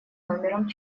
номером